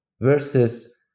versus